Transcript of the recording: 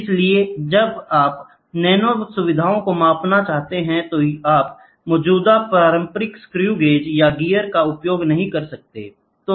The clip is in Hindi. इसलिए जब आप नैनो सुविधाओं को मापना चाहते हैं तो आप मौजूदा पारंपरिक स्क्रू गेज या गियर का उपयोग नहीं कर सकते हैं